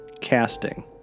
casting